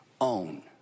own